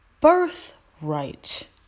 birthright